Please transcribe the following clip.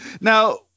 Now